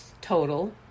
total